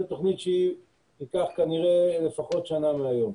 זה תוכנית שהיא תיקח כנראה לפחות שנה מהיום,